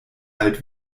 alt